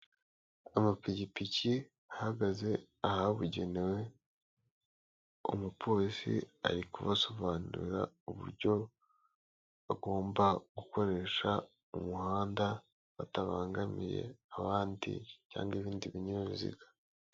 Amapikipiki ahagaze ahabugenewe, umupolisi ari kubasobanurira uburyo bagomba gukoresha umuhanda batabangamiye abandi cyangwa ibindi binyabiziga.